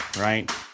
Right